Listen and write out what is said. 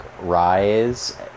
rise